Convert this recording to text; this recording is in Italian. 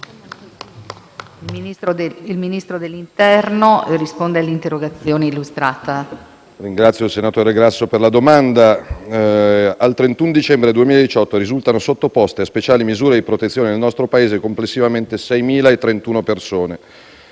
e ministro dell'interno*. Signor Presidente, ringrazio il senatore Grasso per la domanda. Al 31 dicembre 2018 risultano sottoposte a speciali misure di protezione, nel nostro Paese, complessivamente 6.031 persone,